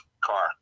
car